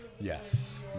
Yes